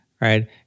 Right